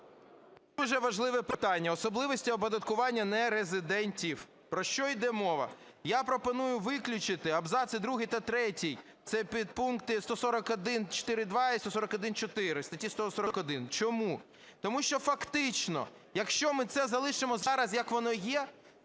Дуже важливе питання – особливості оподаткування нерезидентів. Про що йде мова. Я пропоную виключити абзаци другий та третій – це підпункти 141.4.2 і 141.4 статті 141. Чому? Тому що фактично, якщо ми це залишимо зараз, як воно є,